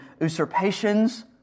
usurpations